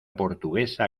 portuguesa